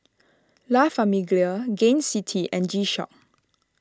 La Famiglia Gain City and G Shock